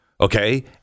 Okay